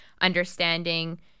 understanding